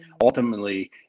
ultimately